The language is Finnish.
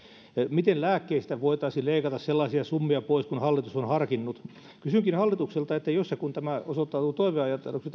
miten lääkkeistä voitaisiin leikata sellaisia summia pois kuin hallitus on harkinnut kysynkin hallitukselta että jos ja kun tämä teidän rahoituspohjanne osoittautuu toiveajatteluksi